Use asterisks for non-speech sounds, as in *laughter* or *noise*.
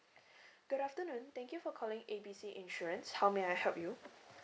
*breath* good afternoon thank you for calling A B C insurance how may I help you